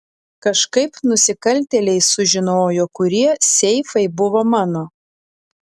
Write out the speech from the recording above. kažkaip nusikaltėliai sužinojo kurie seifai buvo mano